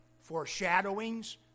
foreshadowings